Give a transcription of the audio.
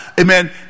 Amen